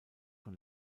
von